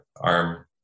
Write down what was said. arm